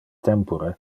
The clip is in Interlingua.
tempore